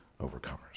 overcomers